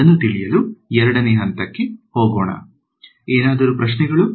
ಅದನ್ನು ತಿಳಿಯಲು 2 ನೇ ಹಂತಕ್ಕೆ ಹೋಗೋಣ ಎನಾದರು ಪ್ರಶ್ನೆಗಳು